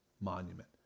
monument